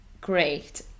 great